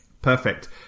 Perfect